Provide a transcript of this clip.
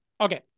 Okay